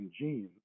genes